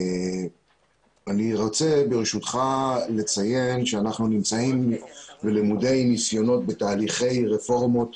אני רוצה ברשותך לציין שאנחנו נמצאים למודי ניסיונות בתהליכי רפורמות